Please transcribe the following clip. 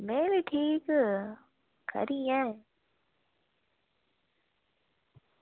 में बी ठीक खरी ऐं में बी ठीक खरी ऐं